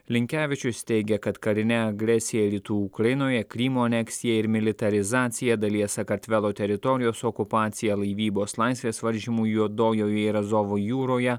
linkevičius teigia kad karinė agresija rytų ukrainoje krymo aneksija ir militarizacija dalies sakartvelo teritorijos okupacija laivybos laisvės varžymui juodojoje ir azovo jūroje